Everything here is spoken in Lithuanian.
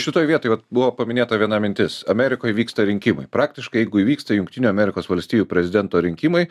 šitoj vietoj vat buvo paminėta viena mintis amerikoj vyksta rinkimai praktiškai jeigu įvyksta jungtinių amerikos valstijų prezidento rinkimai